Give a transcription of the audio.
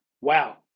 wow